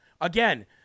Again